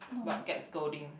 but get scolding